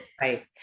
Right